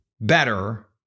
better